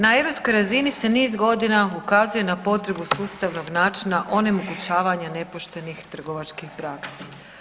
Na europskoj razini se niz godina ukazuje na potrebu sustavno načina onemogućavanja nepoštenih trgovačkih praksi.